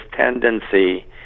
tendency